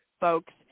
folks